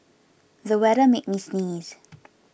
the weather made me sneeze